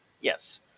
Yes